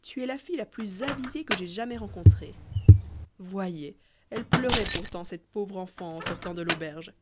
tu es la fille la plus avisée que j'aie jamais rencontrée voyez elle pleurait pourtant cette pauvre enfant en sortant de l'auberge